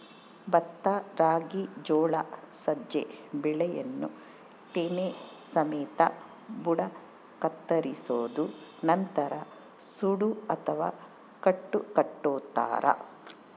ಭತ್ತ ರಾಗಿ ಜೋಳ ಸಜ್ಜೆ ಬೆಳೆಯನ್ನು ತೆನೆ ಸಮೇತ ಬುಡ ಕತ್ತರಿಸೋದು ನಂತರ ಸೂಡು ಅಥವಾ ಕಟ್ಟು ಕಟ್ಟುತಾರ